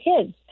kids